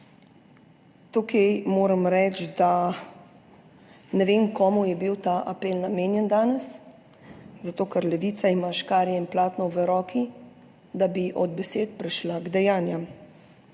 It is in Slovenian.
Tu moram reči, da ne vem, komu je bil ta apel namenjen danes, zato ker Levica ima škarje in platno v rokah, da bi od besed prešla k dejanjem.